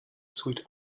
sweet